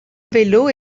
vélo